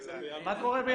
מה קורה בינואר?